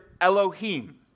Elohim